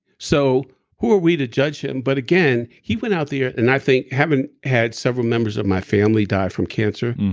so who are we to judge him? but again, he went out there. and i think having had several members of my family die from cancer,